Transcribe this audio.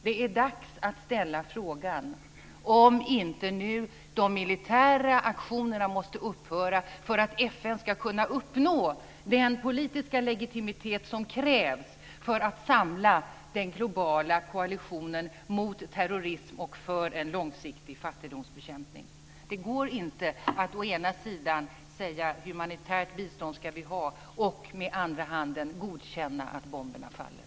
Det är dags att ställa frågan om inte de militära aktionerna måste upphöra nu för att FN ska kunna uppnå den politiska legitimitet som krävs för att samla den globala koalitionen mot terrorism och för en långsiktig fattigdomsbekämpning. Det går inte att å ena sidan säga att vi ska ha humanitärt bistånd och å andra sidan godkänna att bomberna faller.